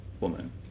woman